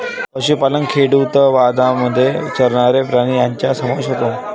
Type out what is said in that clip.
पशुपालन खेडूतवादामध्ये चरणारे प्राणी यांचा समावेश होतो